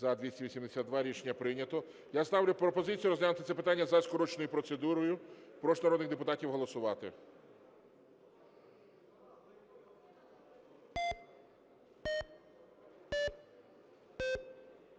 За-282 Рішення прийнято. Я ставлю пропозицію розглянути це питання за скороченою процедурою. Прошу народних депутатів голосувати.